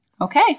Okay